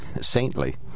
saintly